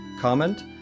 comment